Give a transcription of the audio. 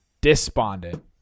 despondent